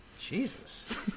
Jesus